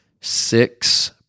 six